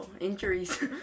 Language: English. injuries